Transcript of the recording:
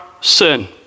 sin